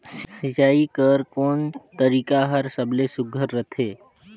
सिंचाई कर कोन तरीका हर सबले सुघ्घर रथे?